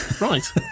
Right